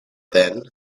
then